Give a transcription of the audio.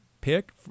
pick